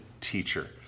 teacher